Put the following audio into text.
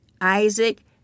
Isaac